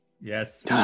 Yes